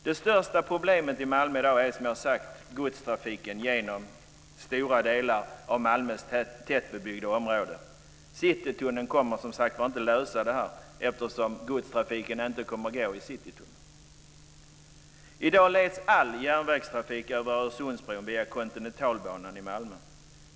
Det största problemet i Malmö i dag är godstrafiken genom stora delar av Malmös tättbebyggda områden. Citytunneln kommer inte att lösa detta eftersom godstrafiken inte kommer att gå i Citytunneln. I dag leds all järnvägstrafik över Öresundsbron via Kontinentalbanan i Malmö.